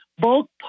bulk